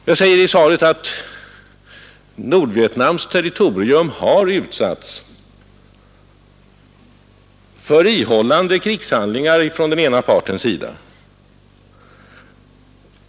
Jag säger i svaret att Nordvietnams territorium har utsatts för ihållande krigshandlingar från den ena partens sida.